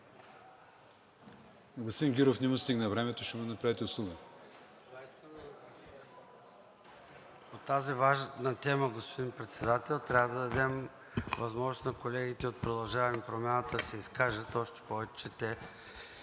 господин Гюров не му стигна времето, ще му направите услуга. ЙОРДАН ЦОНЕВ (ДПС): По тази важна тема, господин Председател, трябва да дадем възможност на колегите от „Продължаваме Промяната“ да се изкажат, още повече, че те